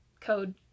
code